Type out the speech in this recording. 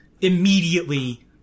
immediately